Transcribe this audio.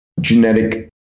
genetic